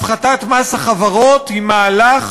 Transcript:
הפחתת מס החברות היא מהלך